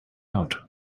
out